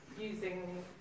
using